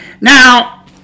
now